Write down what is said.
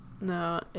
no